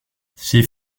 ses